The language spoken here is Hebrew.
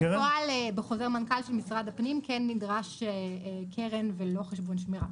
בפועל בחוזר מנכ"ל של משרד הפנים כן נדרש קרן ולא חשבון שמירה.